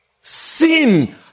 Sin